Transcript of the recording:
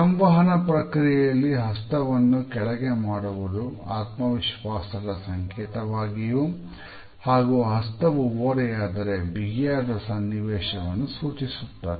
ಸಂವಹನ ಪ್ರಕ್ರಿಯೆಯಲ್ಲಿ ಹಸ್ತವನ್ನು ಕೆಳಗೆ ಮಾಡುವುದು ಆತ್ಮವಿಶ್ವಾಸದ ಸಂಕೇತವಾಗಿಯೂ ಹಾಗೂ ಹಸ್ತವು ಓರೆಯಾದರೆ ಬಿಗಿಯಾದ ಸನ್ನಿವೇಶವನ್ನು ಸೂಚಿಸುತ್ತದೆ